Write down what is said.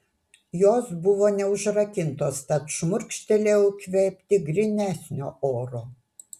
jos buvo neužrakintos tad šmurkštelėjau įkvėpti grynesnio oro